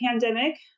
pandemic